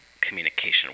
communication